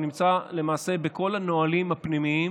הוא נמצא למעשה בכל הנהלים הפנימיים